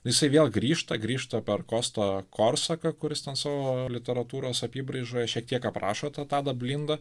jisai vėl grįžta grįžta per kostą korsaką kuris ten savo literatūros apybraižoje šiek tiek aprašo tą tadą blindą